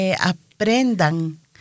aprendan